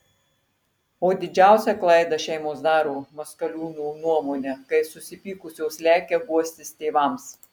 o didžiausią klaidą šeimos daro maskaliūnų nuomone kai susipykusios lekia guostis tėvams